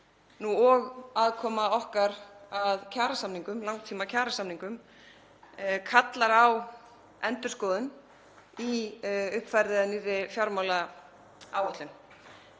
og aðkoma okkar að kjarasamningum, langtímakjarasamningum, kallar á endurskoðun í uppfærðri eða nýrri fjármálaáætlun.